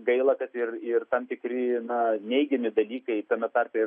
gaila kad ir ir tam tikri na neigiami dalykai tame tarpe ir